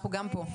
אנחנו גם פה.